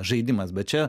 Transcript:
žaidimas bet čia